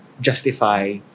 justify